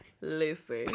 Listen